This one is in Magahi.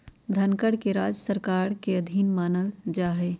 धनकर के राज्य सरकार के अधीन मानल जा हई